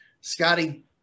scotty